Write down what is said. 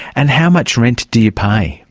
and how much rent do you pay?